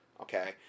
okay